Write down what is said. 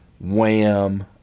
Wham